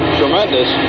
tremendous